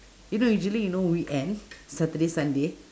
you know usually you know weekend saturday sunday